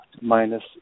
minus